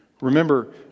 Remember